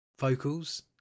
vocals